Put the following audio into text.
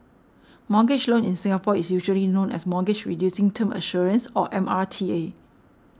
mortgage loan in Singapore is usually known as Mortgage Reducing Term Assurance or M R T A